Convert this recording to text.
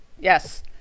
Yes